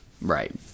right